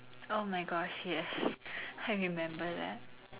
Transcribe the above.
oh my gosh yes I remember that